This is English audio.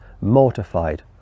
mortified